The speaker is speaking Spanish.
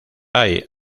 hay